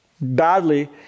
badly